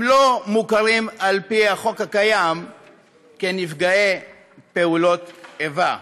הם לא מוכרים על-פי החוק הקיים כנפגעי פעולות איבה,